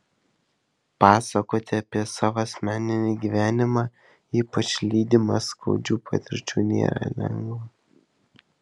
pasakoti apie savo asmeninį gyvenimą ypač lydimą skaudžių patirčių nėra lengva